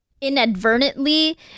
inadvertently